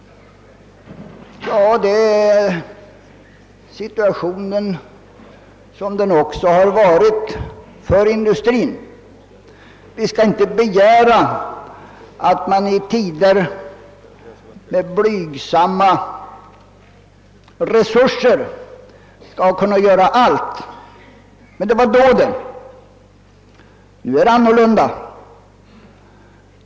Liknande har situationen också varit för industrin, och vi skall inte begära att man i tider med blygsamma resurser skall kunna göra allt. Men nu är det annorlunda.